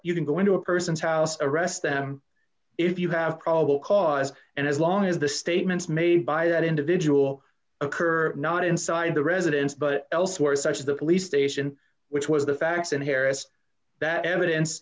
you can go into a person's house arrest them if you have probable cause and as long as the statements made by that individual occur not inside the residence but elsewhere such as the police station which was the facts in harris that evidence